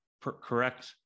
correct